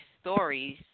stories